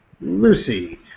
Lucy